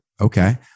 Okay